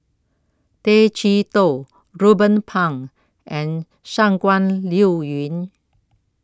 Tay Chee Toh Ruben Pang and Shangguan Liuyun